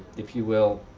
if you will,